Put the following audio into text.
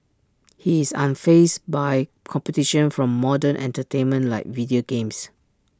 he is unfazed by competition from modern entertainment like video games